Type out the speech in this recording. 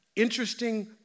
Interesting